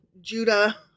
Judah